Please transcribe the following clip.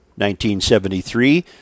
1973